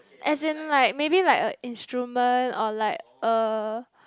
as in like maybe like an instrument or like a